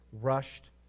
rushed